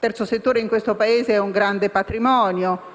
il terzo settore è un grande patrimonio